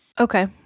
Okay